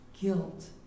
guilt